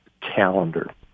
calendar